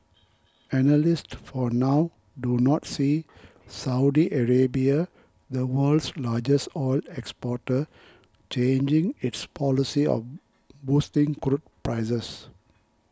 analysts for now do not see Saudi Arabia the world's largest oil exporter changing its policy of boosting crude prices